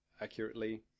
accurately